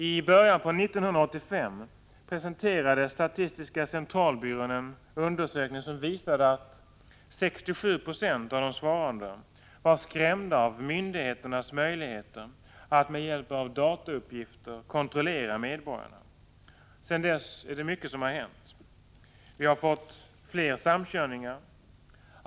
I början av 1985 presenterade statistiska centralbyrån en undersökning som visade att 67 90 av de svarande var skrämda av myndigheternas möjligheter att med hjälp av datauppgifter kontrollera medborgarna. Sedan dess har mycket hänt. Vi har fått fler samkörningar.